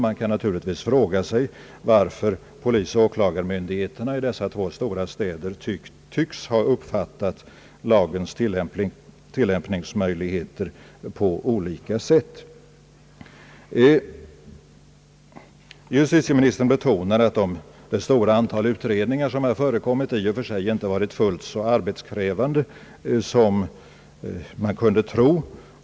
Man kan naturligtvis fråga sig varför polisoch åklagarmyndigheterna i dessa två städer tycks ha uppfattat lagens tillämpningsmöjligheter på olika sätt. Justitieministern betonade att de många utredningar som hade förekommit i och för sig inte varit fullt så arbetskrävande som man kunde tro.